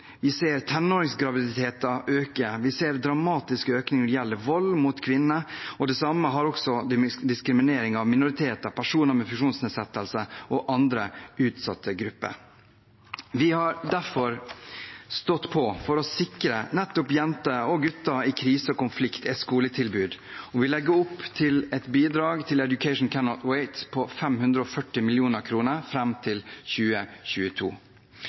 vi ser antall tenåringsgraviditeter øker, vi ser dramatisk økning når det gjelder vold mot kvinner, og det samme gjelder også diskriminering av minoriteter og personer med funksjonsnedsettelser og andre utsatte grupper. Vi har derfor stått på for å sikre jenter og gutter i krise og konflikt et skoletilbud, og vi legger opp til et bidrag til Education Cannot Wait på 540 mill. kr fram til 2022.